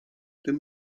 tym